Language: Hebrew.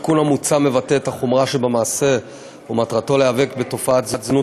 התיקון המוצע מבטא את החומרה שבמעשה ומטרתו להיאבק בתופעת זנות